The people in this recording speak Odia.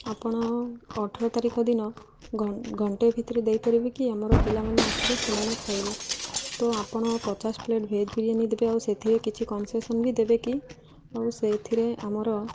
ଆପଣ ଅଠର ତାରିଖ ଦିନ ଘଣ୍ଟେ ଭିତରେ ଦେଇପାରିବେ କି ଆମର ପିଲାମାନେ ଆସିବେ ସେମାନେ ଖାଇବେ ତ ଆପଣ ପଚାଶ ପ୍ଲେଟ୍ ଭେଜ୍ ବିରିୟାନୀ ଦେବେ ଆଉ ସେଥିରେ କିଛି କନସେସନ୍ ବି ଦେବେ କି ଆଉ ସେଇଥିରେ ଆମର